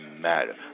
matter